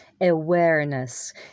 awareness